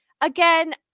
again